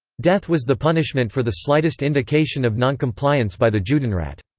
death was the punishment for the slightest indication of noncompliance by the judenrat.